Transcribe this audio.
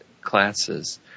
classes